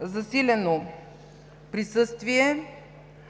„засилено присъствие“,